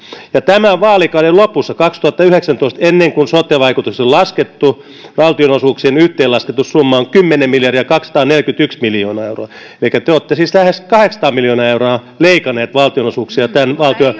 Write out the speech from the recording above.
ja tämän vaalikauden lopussa kaksituhattayhdeksäntoista ennen kuin sote vaikutukset on laskettu valtionosuuksien yhteenlaskettu summa on kymmenen miljardia kaksisataaneljäkymmentäyksi miljoonaa euroa elikkä te olette siis lähes kahdeksansataa miljoonaa euroa leikanneet valtionosuuksia tämän